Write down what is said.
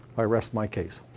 i rest my case.